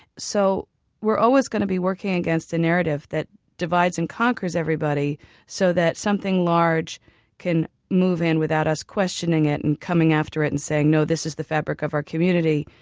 so we're always going to be working against a narrative that divides and conquers everybody so that something large can move in without us questioning it, and coming after it and saying, no this is the fabric of our community,